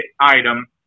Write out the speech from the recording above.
item